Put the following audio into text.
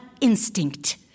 instinct